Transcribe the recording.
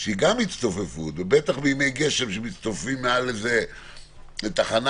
ובטח בימי גשם שמצטופפים מתחת לתחנה